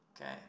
okay